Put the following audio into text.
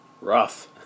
rough